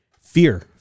Fear